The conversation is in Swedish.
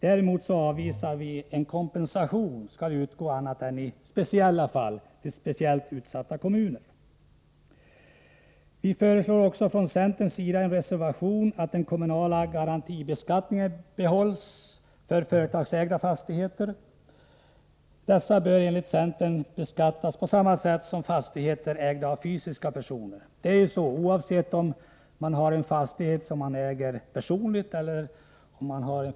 Däremot avvisar vi att kompensation skall utgå annat än i speciella fall, till speciellt utsatta kommuner. — Centern föreslår att den kommunala garantibeskattningen behålls för företagsägda fastigheter. Dessa bör enligt centern beskattas på samma sätt som fastigheter ägda av fysiska personer. Oavsett om fastigheterna ägs av vägar osv.